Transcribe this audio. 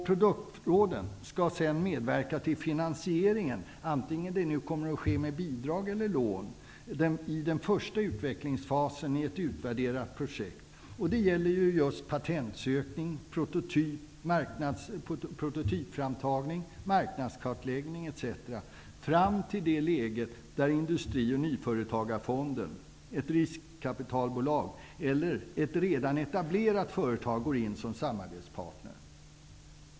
Produktråden skall sedan medverka till finansieringen -- vare sig detta sker med bidrag eller det sker med lån under den första utvecklingsfasen i ett utvärderat projekt. Det gäller just patentsökning, prototypframtagning, marknadskartläggning etc. fram till det läge där Industri och nyföretagarfonden, ett riskkapitalbolag eller ett redan etablerat företag går in som samarbetspartner.